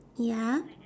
ya